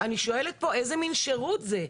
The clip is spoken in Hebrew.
אני שואלת פה, איזה מן שרות זה?